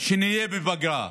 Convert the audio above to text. שנהיה בפגרה.